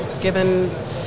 given